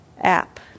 app